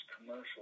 commercial